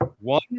One –